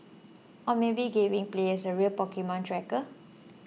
or maybe giving players a real Pokemon tracker